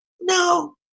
no